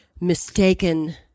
mistaken